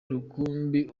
rukumbi